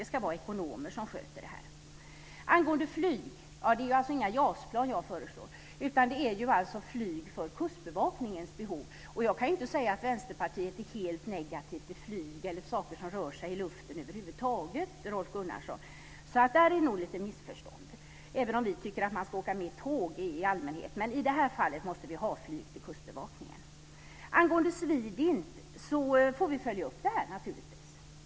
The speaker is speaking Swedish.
Det ska vara ekonomer som sköter det här. Angående detta med flyg vill jag säga att det inte är några JAS-plan jag föreslår. Det är fråga om flyg för Kustbevakningens behov. Jag kan ju inte heller säga att Vänsterpartiet är helt negativt till flyg eller saker som rör sig i luften över huvud taget, Rolf Gunnarsson. Det är nog ett litet missförstånd. Vi tycker visserligen att man ska åka mer tåg i allmänhet, men i det här fallet måste vi ha flyg till Kustbevakningen. Angående Swedint får vi naturligtvis följa upp det här.